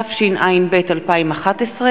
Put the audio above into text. התשע"ב 2011,